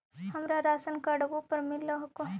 हमरा राशनकार्डवो पर मिल हको?